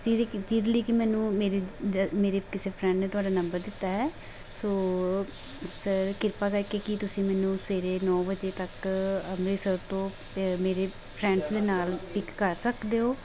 ਜਿਹਦੇ ਕਿ ਜਿਹਦੇ ਲਈ ਕਿ ਮੈਨੂੰ ਮੇਰੇ ਜ ਮੇਰੇ ਕਿਸੇ ਫਰੈਂਡ ਨੇ ਤੁਹਾਡਾ ਨੰਬਰ ਦਿੱਤਾ ਹੈ ਸੋ ਸਰ ਕਿਰਪਾ ਕਰਕੇ ਕੀ ਤੁਸੀਂ ਮੈਨੂੰ ਸਵੇਰੇ ਨੌ ਵਜੇ ਤੱਕ ਅੰਮ੍ਰਿਤਸਰ ਤੋਂ ਮੇਰੇ ਫਰੈਂਡਸ ਦੇ ਨਾਲ ਪਿਕ ਕਰ ਸਕਦੇ ਹੋ